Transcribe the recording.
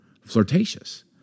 flirtatious